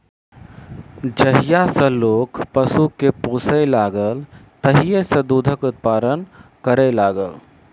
जहिया सॅ लोक पशु के पोसय लागल तहिये सॅ दूधक उत्पादन करय लागल